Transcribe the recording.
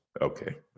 okay